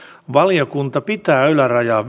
valiokunta pitää ylärajaa